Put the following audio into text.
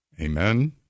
Amen